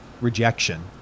rejection